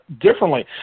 differently